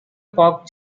park